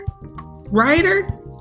writer